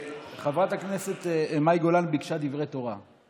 חברת הכנסת מאי גולן ביקשה דברי תורה.